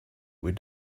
with